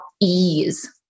ease